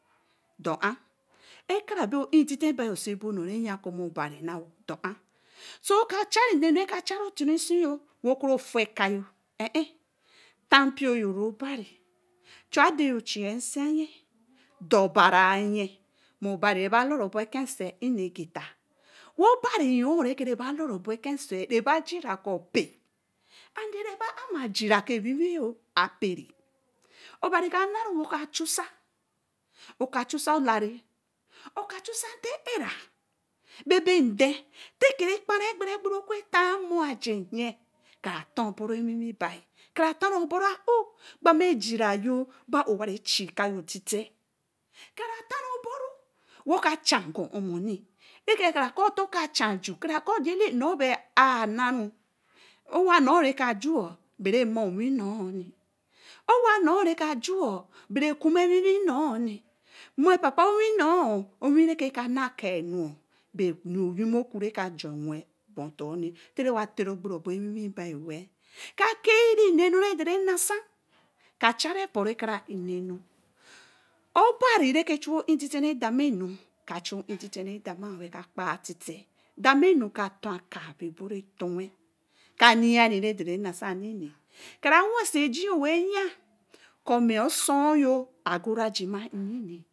dor an akare bey ó in tete ba ose boo nu re yer koo obari dor án sóó numa ka chari teru sioo, wey fui eka yon, tanpioru obari chu a den jie nse ye, dori bara ya ma obari bai loru obóó ken se nageta, wey otari yo re ke re jira koo kpe rema jira koo awiiwii yon koo akperi, oka chusa olare oka chuse nton á rá bee be den gbere-gbere koo rare tamor ajen yen, kara tan obooro awiwii bai, kara tara obora ow gbara jira yih weh chi kayor tiete, kare tan oboro woka cha gbam onoma re ke kara koo to kaa chan, kara koo nor bai áá naru nor re ka jun wo bare man owin nor yeni owa nor re ka jun bera kuma ewiwii nor ni, mor papa owin or re ka na ak áá nu, yemi oku re ka jun wen ban ofor ni, wey awiwin ba weh ka kai re ba nu re ke dore nasa ka chori opor re ne nu obar, re ke chia ó in titen re dorma nu kaa chu ó ín titen re dama nu wer ka kpa tite tamonu ka ton ka be boro towen ka yeri re ke dore nasa mini kara wenso ejii yo nen yer kome oso yo agora jima nini